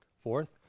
Fourth